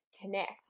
connect